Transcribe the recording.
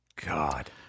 God